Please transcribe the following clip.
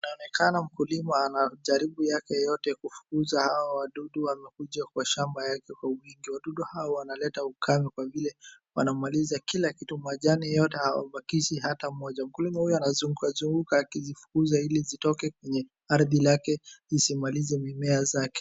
Inaonekana mkulima ana jaribu yake yote ya kufukuza hao wadudu wanakuja kwa shamba yake kwa uwingi. Wadudu hao wanaleta ukame kwa vile wanamaliza kila kitu, majani yote hawabakishi hata moja. Mkulima huyu anazungukazunguka akizifukuza ili zitoke kwenye ardhi lake zisimalize mimea zake.